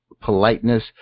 politeness